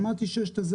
שמעתי שיש את הדיון,